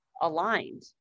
aligned